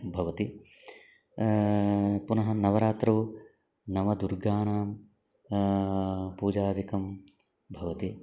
भवति पुनः नवरात्रौ नवदुर्गानां पूजादिकं भवति